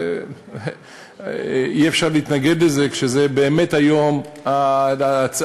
אי-אפשר להתנגד לזה כשזה היום באמת,